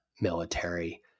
military